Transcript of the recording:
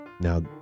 now